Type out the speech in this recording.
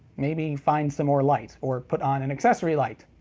maybe find some more light. or put on an accessory light.